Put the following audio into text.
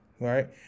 right